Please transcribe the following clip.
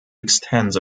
extends